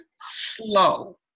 slow